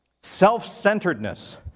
Self-centeredness